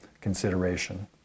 consideration